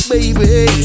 Baby